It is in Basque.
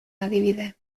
adibide